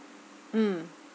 mm